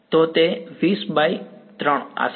તો તે 20 બાય 3 આશરે કેટલું છે